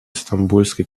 стамбульской